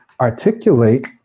articulate